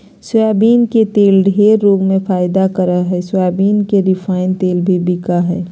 soybean के तेल ढेर रोग में फायदा करा हइ सोयाबीन के रिफाइन तेल भी बिका हइ